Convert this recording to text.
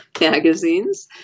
magazines